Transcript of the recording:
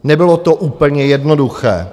Nebylo to úplně jednoduché.